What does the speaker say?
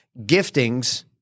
Giftings